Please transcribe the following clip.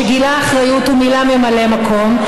שגילה אחריות ומינה ממלא מקום,